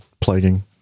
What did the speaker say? plaguing